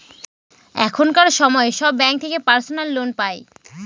এখনকার সময় সব ব্যাঙ্ক থেকে পার্সোনাল লোন পাই